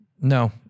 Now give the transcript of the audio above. no